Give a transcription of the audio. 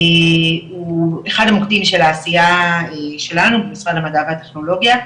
הוא אחד המוקדים של העשייה שלנו במשרד המדע והטכנולוגיה,